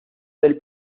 del